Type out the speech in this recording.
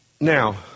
Now